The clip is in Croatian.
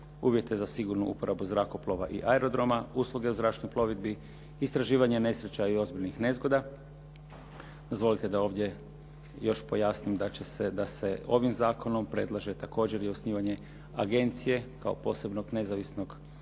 uvjete za sigurnu uporabu zrakoplova i aerodroma, usluge zračnih plovidbi, istraživanje nesreća i ozbiljnih nezgoda. Dozvolite da ovdje još pojasnim da se ovim zakonom predlaže također i osnivanje agencije kao posebnog nezavisnog tijela,